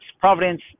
providence